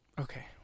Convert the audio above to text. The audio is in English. Okay